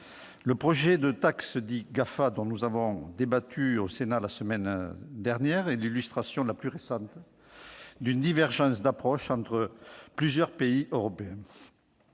Facebook et Amazon -, dont nous avons débattu la semaine dernière, est l'illustration la plus récente d'une divergence d'approches entre plusieurs pays européens.